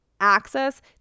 access